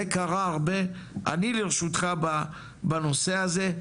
זה קרה הרבה, אני לרשותך בנושא הזה.